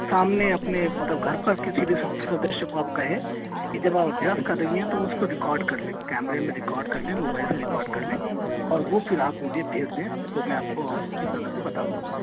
सामने अपने मतलब घर पर किसी भी सदस्य को आप कहें कि जब आप अभ्यास कर रही हैं तो उसको रिकॉर्ड कर ले कैमरे में रिकॉर्ड कर ले मोबाइल से रिकॉर्ड कर ले और वो फिर आप मुझे भेज दें तो मैं आपको और उसकी प्रगति बता पाउँगा